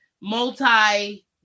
multi